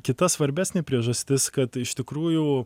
kita svarbesnė priežastis kad iš tikrųjų